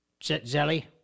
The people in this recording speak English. Zelly